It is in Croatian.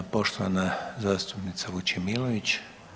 Poštovana zastupnica Vučemilović.